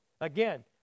Again